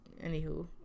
anywho